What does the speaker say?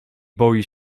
boi